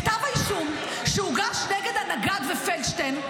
בכתב האישום שהוגש נגד הנגד ופלדשטיין,